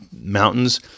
mountains